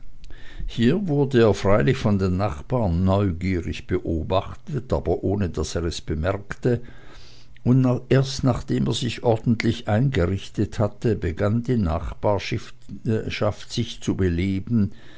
hier wurde er freilich von den nachbaren neugierig beobachtet aber ohne daß er es bemerkte und erst nachdem er sich ordentlich eingerichtet hatte begann die nachbarschaft sich zu beleben